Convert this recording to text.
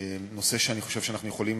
נושא שאני חושב שאנחנו יכולים